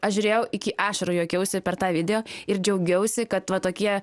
aš žiūrėjau iki ašarų juokiausi per tą video ir džiaugiausi kad va tokie